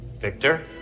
Victor